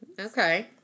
Okay